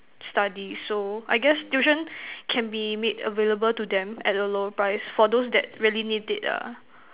study so I guess tuition can be made available to them at a lower price for those that really need it ah